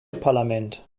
parlament